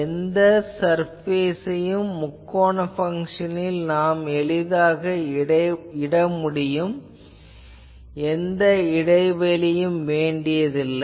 எந்த சர்பேஸ் யும் முக்கோண பங்ஷனில் நாம் எளிதாக இட முடியும் எந்த இடைவெளியும் இட வேண்டாம்